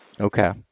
Okay